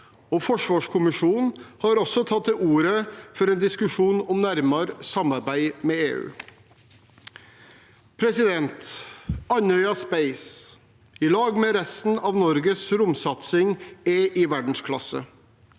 Forsvarskommisjonen har også tatt til orde for en diskusjon om nærmere samarbeid med EU. Andøya Space i lag med resten av Norges romsatsing er i verdensklasse.